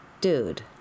dude